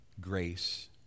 grace